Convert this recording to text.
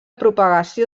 propagació